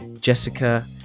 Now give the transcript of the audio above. jessica